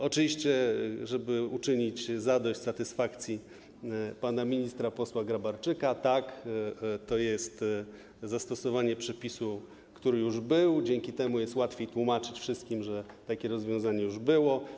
Oczywiście, żeby uczynić zadość satysfakcji pana ministra, posła Grabarczyka: tak, to jest zastosowanie przepisu, który już był, dzięki temu jest łatwiej tłumaczyć wszystkim, że takie rozwiązanie już było.